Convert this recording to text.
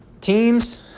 Teams